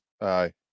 Aye